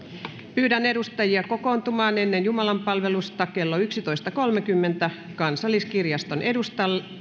pyydän edustajia kokoontumaan ennen jumalanpalvelusta kello yksitoista kolmenkymmenen kansalliskirjaston edustalle